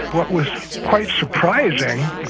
what was quite surprising,